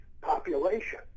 population